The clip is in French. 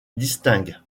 distingue